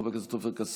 חבר הכנסת עופר כסיף,